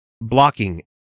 blocking